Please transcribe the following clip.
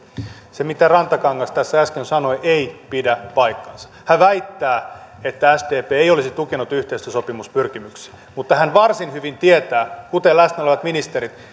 se mitä rantakangas tässä äsken sanoi ei pidä paikkaansa hän väittää että sdp ei olisi tukenut yhteistyösopimuspyrkimyksiä mutta hän varsin hyvin tietää kuten läsnä olevat ministerit